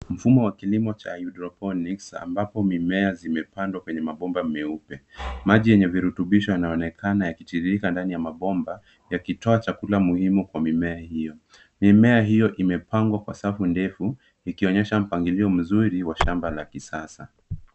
Mfumo wa kilimo cha hydroponics , ambapo mimea zimepandwa kwenye mabomba meupe. Maji yenye virutubisho yanaonekana yakitiririka ndani ya mabomba yakitoa chakula muhimu kwa mimea hiyo. Mimea hiyo imepangwa kwa safu ndefu ikionyesha mpangilio mzuri wa shamba la kisasa.